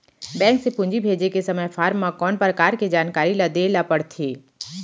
Bank से पूंजी भेजे के समय फॉर्म म कौन परकार के जानकारी ल दे ला पड़थे?